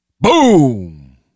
Boom